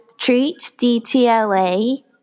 treatdtla